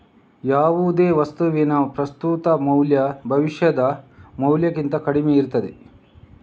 ಯಾವುದೇ ವಸ್ತುವಿನ ಪ್ರಸ್ತುತ ಮೌಲ್ಯ ಭವಿಷ್ಯದ ಮೌಲ್ಯಕ್ಕಿಂತ ಕಡಿಮೆ ಇರ್ತದೆ